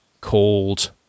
called